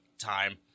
time